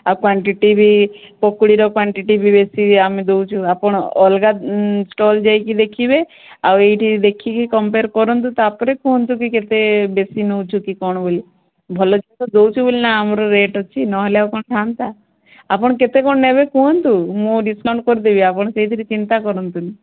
ଆଉ କ୍ୱାଣ୍ଟିଟି ବି ପକୁଡ଼ିର କ୍ୱାଣ୍ଟିଟି ବି ବେଶୀ ଆମେ ଦେଉଛୁ ଆପଣ ଅଲଗା ଷ୍ଟଲ୍ ଯାଇକି ଦେଖିବେ ଆଉ ଏଇଠି ଦେଖିକି କମ୍ପେୟାର୍ କରନ୍ତୁ ତାପରେ କୁହନ୍ତୁ କି କେତେ ବେଶୀ ନେଉଛୁ କି କ'ଣ ବୋଲି ଭଲ ଜିନିଷ ଦେଉଛୁ ବୋଲି ନାଁ ଆମର ରେଟ୍ ଅଛି ନହେଲେ ଆଉ କ'ଣ ଥାଆନ୍ତା ଆପଣ କେତେ କ'ଣ ନେବେ କୁହନ୍ତୁ ମୁଁ ଡିସ୍କାଉଣ୍ଟ୍ କରିଦେବି ଆପଣ ସେଇଥିରେ ଚିନ୍ତା କରନ୍ତୁନି